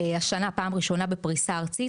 השנה פעם ראשונה בפריסה ארצית,